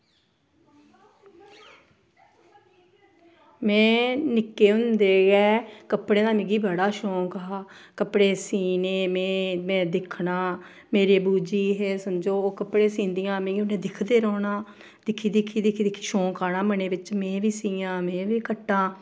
में निक्के होंदे गै कपड़े दा मिगी बड़ा शौंक हा कपड़े सीह्ने में में दिक्खना मेरे बू जी हे समझो ओह् कपड़े सींह्दियां हियां में उ'नें ई दिक्खदे रौह्ना दिक्खी दिक्खी दिक्खी शौंक आना मनै बिच में बी सीआं में बी कट्टां